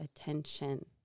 attention